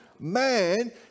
man